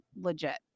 legit